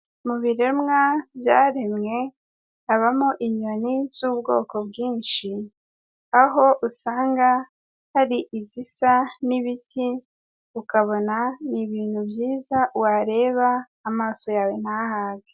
Mu biremwa byaremwe habamo inyoni z'ubwoko bwinshi, aho usanga hari izisa n'ibiti ukabona ni ibintu byiza wareba amaso yawe ntahage.